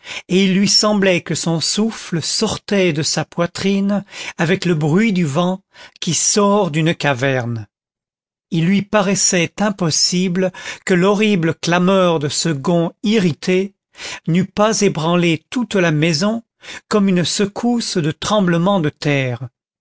et il lui semblait que son souffle sortait de sa poitrine avec le bruit du vent qui sort d'une caverne il lui paraissait impossible que l'horrible clameur de ce gond irrité n'eût pas ébranlé toute la maison comme une secousse de tremblement de terre